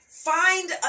Find